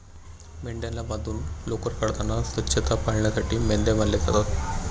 मेंढ्यांना बांधून लोकर काढताना स्वच्छता पाळण्यासाठी मेंढ्या बांधल्या जातात